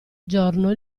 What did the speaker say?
giorno